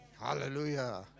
Hallelujah